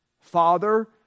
Father